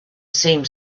seemed